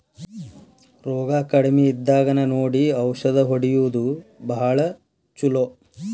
ರೋಗಾ ಕಡಮಿ ಇದ್ದಾಗನ ನೋಡಿ ಔಷದ ಹೊಡಿಯುದು ಭಾಳ ಚುಲೊ